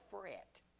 fret